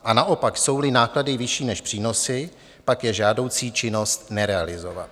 A naopak, jsouli náklady vyšší než přínosy, pak je žádoucí činnost nerealizovat.